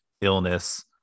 illness